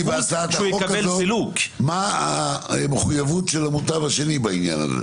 בהצעת החוק הזאת מה המחויבות של המוטב השני בעניין הזה.